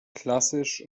klassisch